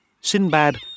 Sinbad